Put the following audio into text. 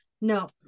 no